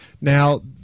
Now